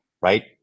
right